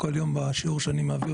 כל יום בשיעור שאני מעביר,